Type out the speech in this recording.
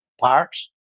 parks